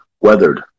weathered